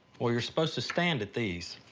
well, you're supposed to stand at these.